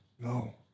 no